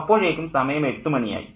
അപ്പോഴേക്കും സമയം 8 മണി ആയി